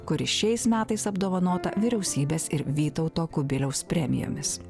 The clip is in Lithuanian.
kuri šiais metais apdovanota vyriausybės ir vytauto kubiliaus premijomis